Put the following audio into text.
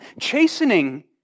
Chastening